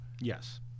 Yes